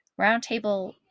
Roundtable